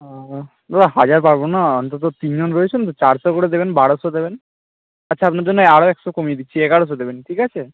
ও দাদা হাজার পারবো না অন্তত তিন জন রয়েছেন তো চারশো করে দেবেন বারোশো দেবেন আচ্ছা আপনার জন্য আরও একশো কমিয়ে দিচ্ছি এগারোশো দেবেন ঠিক আছে